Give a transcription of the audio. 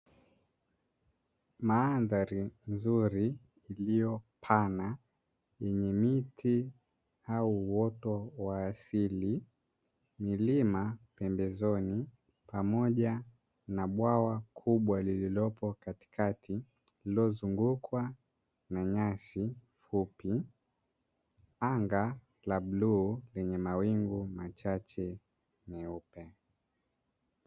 Mandhari nzuri iliyo pana yenye miti au uoto wa asili, milima pembezoni pamoja na bwawa kubwa lililopo katikati, lililozungukwa na nyasi fupi anga la bluu lenye mawingu machache meupe.